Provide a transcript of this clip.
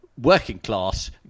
working-class